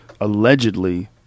allegedly